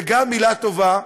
וגם מילה טובה,